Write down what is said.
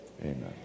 amen